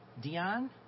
Dion